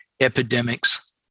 Epidemics